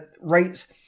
rates